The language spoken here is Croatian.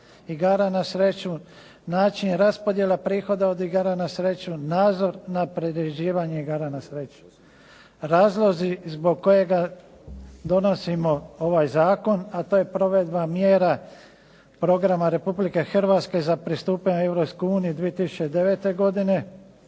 igara na sreću, način raspodjele prihoda od igara na sreću, nadzor nad priređivanjem igara na sreću. Razlozi zbog kojih donosimo ovaj zakon, a to je provedba Mjera programa Republike Hrvatske za pristupanje Europskoj uniji 2009. godine